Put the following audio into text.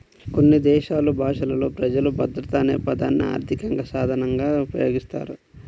కొన్ని దేశాలు భాషలలో ప్రజలు భద్రత అనే పదాన్ని ఆర్థిక సాధనంగా ఉపయోగిస్తారు